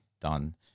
done